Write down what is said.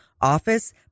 office